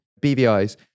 BVI's